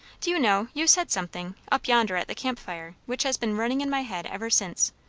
do you know, you said something, up yonder at the camp fire, which has been running in my head ever since?